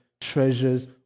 treasures